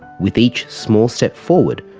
with each small step forward,